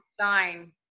shine